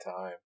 time